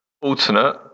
alternate